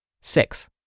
Six